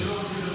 כשלא רוצים,